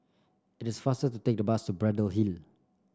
it is faster to take the bus Braddell Hill